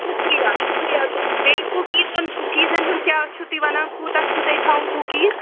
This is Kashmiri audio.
شُکریہ شُکریہ تُہُنٛد بیٚیہِ کُکیٖزَن کُکیٖزَن ہُنٛد کیٛاہ چھُو تُہۍ وَنان کوٗتاہ چھُو تۄہہِ تھاوُن کُکیٖز